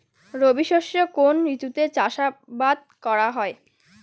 রবি শস্য কোন ঋতুতে চাষাবাদ করা হয়?